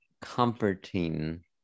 comforting